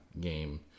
game